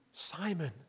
Simon